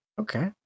Okay